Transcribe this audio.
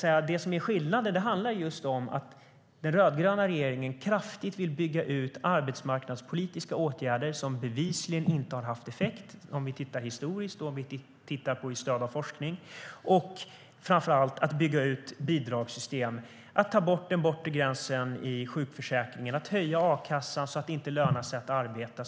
Skillnaden är att den rödgröna regeringen kraftigt vill bygga ut arbetsmarknadspolitiska åtgärder som bevisligen inte har haft effekt, enligt forskningen och den historiska erfarenheten, och framför allt att man vill bygga ut bidragssystemen, ta bort den bortre gränsen i sjukförsäkringen och höja a-kassan så att det inte lönar sig att arbeta.